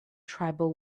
tribal